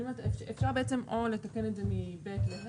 אפשר בעצם או לתקן את זה מ-ב' ל-ה',